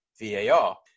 VAR